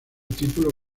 título